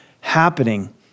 happening